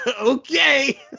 okay